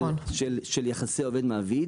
של יחסי עובד-מעביד.